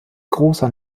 großer